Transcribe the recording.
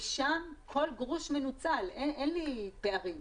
שם כל גרוש מנוצל, אין לי פערים.